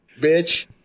bitch